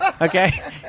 okay